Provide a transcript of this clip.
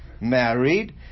married